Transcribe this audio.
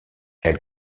elle